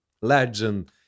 legend